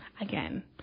Again